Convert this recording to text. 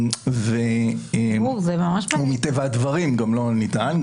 מטבע הדברים גם לא נטען.